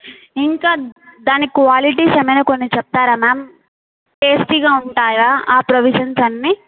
ఇంకా దాని క్వాలిటీస్ ఏమైనా కొన్ని చెప్తారా మ్యామ్ సేఫ్టీగా ఉంటాయా ఆ ప్రొవిజన్స్ అన్ని